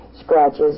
scratches